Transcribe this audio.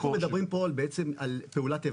אנחנו מדברים פה על בעצם פעולת איבה,